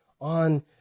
on